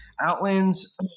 Outlands